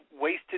wasted